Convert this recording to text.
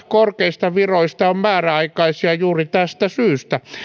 korkeista viroista on määräaikaisia juuri tästä syystä